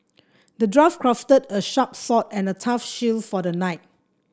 the dwarf crafted a sharp sword and a tough shield for the knight